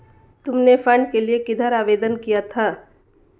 तुमने फंड के लिए किधर आवेदन किया था?